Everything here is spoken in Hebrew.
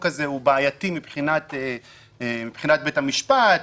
הזה הוא בעייתי מבחינת בית המשפט,